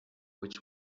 which